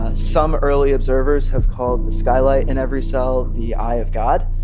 ah some early observers have called the skylight in every cell the eye of god,